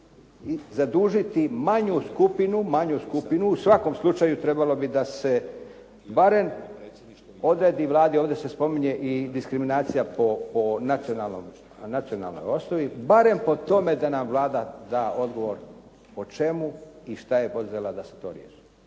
zadužiti manju skupinu. U svakom slučaju trebalo bi da se barem odredi Vladi, ovdje se spominje i diskriminacija po nacionalnoj osnovi, barem po tome da nam Vlada da odgovor po čemu i šta je poduzela da se to riješi.